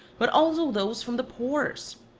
but also those from the pores.